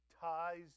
ties